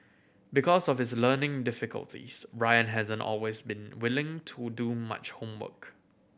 because of his learning difficulties Ryan hasn't always been willing to do much homework